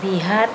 Bihar